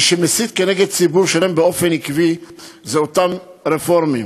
מי שמסית נגד ציבור שלם באופן עקבי זה אותם רפורמים,